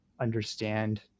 understand